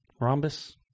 Rhombus